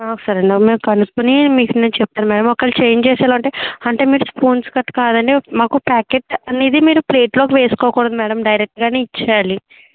సరే మేడం మేము కనుకొని మీకు నేను చెప్తాను మేడం ఒకవేళ చేంజ్ చేసేలా ఉంటే అంటే మీరు స్పూన్స్ కట్ కాదండి మాకు ప్యాకెట్ అనేది మీరు ప్లేట్లో వేసుకోకూడదు మేడం డైరెక్ట్గానే ఇచ్చేయాలి